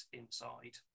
inside